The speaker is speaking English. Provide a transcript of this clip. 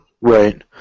Right